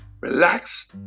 relax